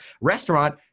Restaurant